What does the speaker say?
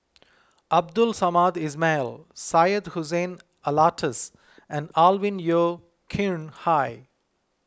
Abdul Samad Ismail Syed Hussein Alatas and Alvin Yeo Khirn Hai